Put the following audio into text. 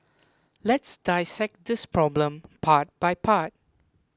let's dissect this problem part by part